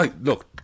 Look